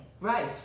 Right